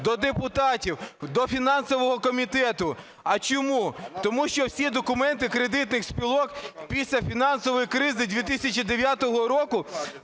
до депутатів, до фінансового комітету. А чому? Тому що всі документи кредитних спілок після фінансової кризи 2009 року